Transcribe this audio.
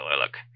look